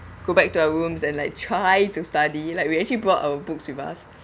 go back to our rooms and like try to study like we actually brought our books with us